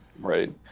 Right